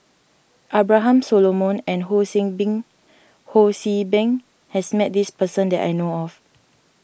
Abraham Solomon and Ho See Beng Ho See Beng has met this person that I know of